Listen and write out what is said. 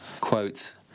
Quote